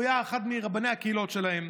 הוא היה אחד מרבני הקהילות שלהם.